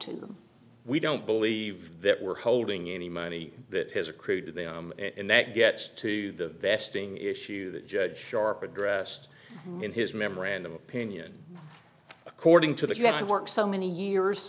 to them we don't believe that we're holding any money that has accrued to them and that gets to the vesting issue that judge sharp addressed in his memorandum opinion according to that you have to work so many years